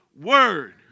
Word